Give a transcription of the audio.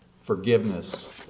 forgiveness